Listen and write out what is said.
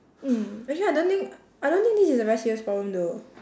mm actually I don't think I don't think this is a very serious problem though